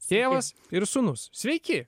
tėvas ir sūnus sveiki